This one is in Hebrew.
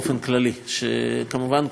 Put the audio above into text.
שכמובן כולכם התייחסתם,